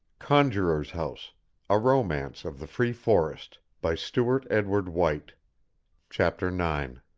conjuror's house a romance of the free forest by stewart edward white chapter nine